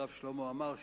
הרב שלמה עמאר שליט"א,